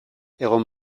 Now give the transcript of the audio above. egon